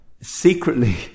secretly